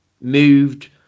moved